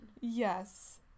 yes